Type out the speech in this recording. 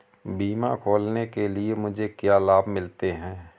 बीमा खोलने के लिए मुझे क्या लाभ मिलते हैं?